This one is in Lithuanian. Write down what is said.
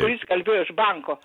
kuris kalbėjo iš banko